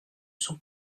sont